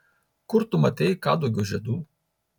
kur tu matei kadugio žiedų